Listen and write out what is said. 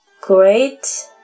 Great